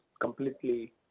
completely